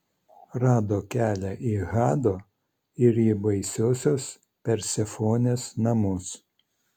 rado kelią į hado ir į baisiosios persefonės namus